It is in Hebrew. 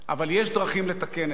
אבל יש דרכים לתקן את זה.